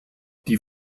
die